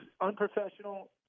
unprofessional